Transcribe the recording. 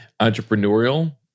entrepreneurial